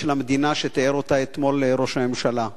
של המדינה שתיאר אותה אתמול ראש הממשלה.